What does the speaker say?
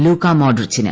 Luka മോഡ്രിച്ചിന്